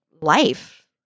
life